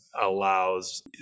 allows